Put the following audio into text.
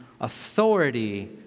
authority